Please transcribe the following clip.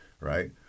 right